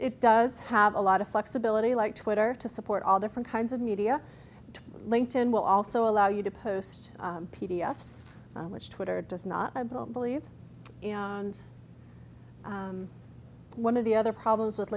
it does have a lot of flexibility like twitter to support all different kinds of media to linked in will also allow you to post p d s which twitter does not believe and one of the other problems w